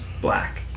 black